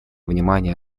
внимание